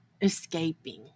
escaping